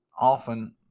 often